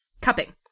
Cupping